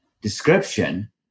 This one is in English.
description